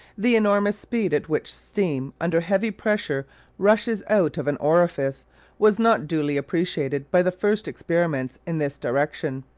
the enormous speed at which steam under heavy pressure rushes out of an orifice was not duly appreciated by the first experimenters in this direction.